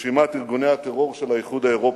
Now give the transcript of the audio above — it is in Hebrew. ברשימת ארגוני הטרור של האיחוד האירופי,